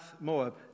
Moab